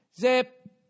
Zip